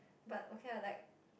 but okay lah like